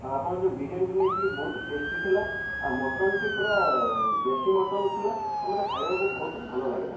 ଆଉ ଆପଣ ଯେଉଁ ବିରିୟାନୀ ଟି ନେଇଥିଲି ବହୁତ ଟେଷ୍ଟି ଥିଲା ଆଉ ମଟନ୍ ଟି ପୁରା ଦେଶୀ ମଟନ୍ ଥିଲା ଆଉ ମୋତେ ଖାଇବାକୁ ବହୁତ ଭଲ ଲାଗିଲା